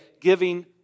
giving